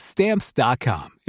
Stamps.com